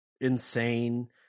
insane